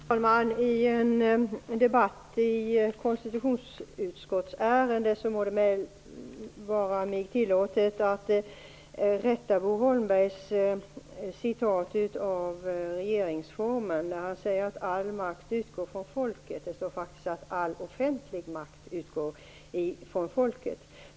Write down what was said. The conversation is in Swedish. Herr talman! I en debatt i konstitutionsutskottsärenden må det vara mig tillåtet att rätta Bo Holmbergs citat ur regeringsformen. Han sade att all makt utgår från folket. Det står faktiskt att all offentlig makt utgår från folket.